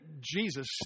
Jesus